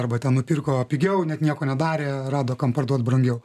arba ten nupirko pigiau net nieko nedarė rado kam parduoti brangiau